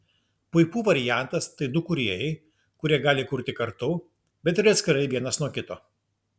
puipų variantas tai du kūrėjai kurie gali kurti kartu bet ir atskirai vienas nuo kito